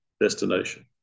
destination